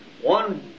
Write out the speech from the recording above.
one